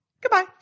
Goodbye